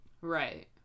Right